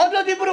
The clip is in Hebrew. עוד לא דיברו.